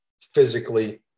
physically